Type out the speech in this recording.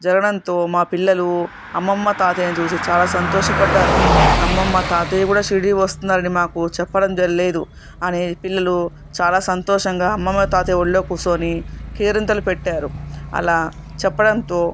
జరగడంతో మా పిల్లలు అమ్మమ్మ తాతయ్యని చూసి చాలా సంతోషపడ్డారు అమ్మమ్మ తాతయ్య కూడా షిరిడి వస్తున్నారు అని మాకు చెప్పడం జరగలేదు అని పిల్లలు చాలా సంతోషంగా అమ్మమ్మ తాతయ్య ఒళ్లో కూర్చోని కేరింతలు పెట్టారు అలా చెప్పడంతో